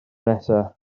nesaf